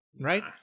right